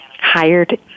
hired